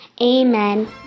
Amen